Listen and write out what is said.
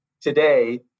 today